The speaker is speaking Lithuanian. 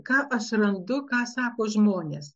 ką aš randu ką sako žmonės